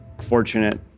fortunate